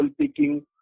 picking